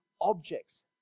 objects